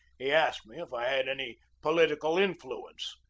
he asked me if i had any political influence.